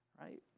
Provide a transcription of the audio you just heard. Right